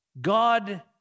God